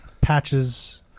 patches